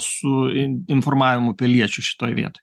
su informavimu piliečių šitoj vietoj